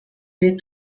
jej